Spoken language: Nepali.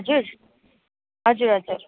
हजुर हजुर हजुर